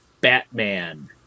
Batman